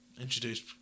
introduced